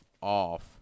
off